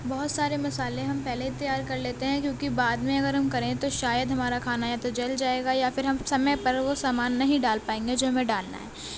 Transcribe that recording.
بہت سارے مسالے ہم پہلے ہی تیار کر لیتے ہیں کیونکہ بعد میں اگر ہم کریں تو شاید ہمارا کھانا یا تو جل جائے گا یا پھر ہم سمے پر وہ سامان نہیں ڈال پائیں گے جو ہمیں ڈالنا ہے